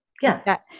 Yes